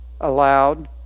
allowed